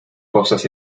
cosas